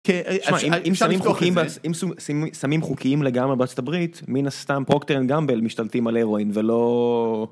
אם שמים חוקים לגמרי ברצתה ברית מן הסתם פרוקטרן גמבל משתלטים על הירואין ולא.